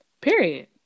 Period